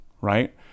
right